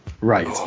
Right